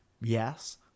Yes